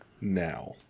now